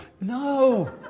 No